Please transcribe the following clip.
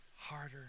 harder